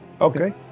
Okay